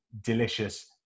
delicious